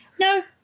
no